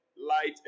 Light